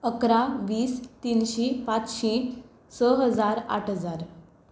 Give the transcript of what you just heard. अकरा वीस तीनशीं पांचशी स हजार आठ हजार